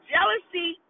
Jealousy